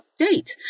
update